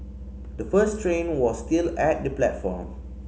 the first train was still at the platform